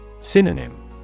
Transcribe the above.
Synonym